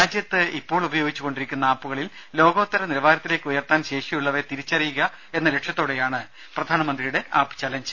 രാജ്യത്ത് ഇപ്പോൾ ഉപയോഗിച്ചുകൊണ്ടിരിക്കുന്ന ആപ്പുകളിൽ ലോകോത്തര നിലവാരത്തിലേക്ക് ഉയർത്താൻ ശേഷിയുള്ളവയെ തിരിച്ചറിയുകയെന്ന ലക്ഷ്യത്തോടെയാണ് പ്രധാനമന്ത്രിയുടെ ആപ്പ് ചലഞ്ച്